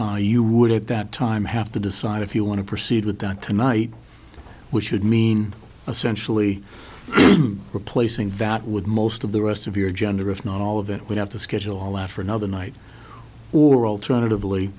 d you would at that time have to decide if you want to proceed with that tonight which would mean essentially replacing vattel would most of the rest of your gender if not all of it would have to schedule after another night or alternatively